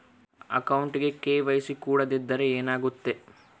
ಅಕೌಂಟಗೆ ಕೆ.ವೈ.ಸಿ ಕೊಡದಿದ್ದರೆ ಏನಾಗುತ್ತೆ?